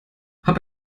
hab